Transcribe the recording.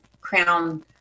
crown